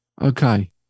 Okay